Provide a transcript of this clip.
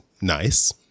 nice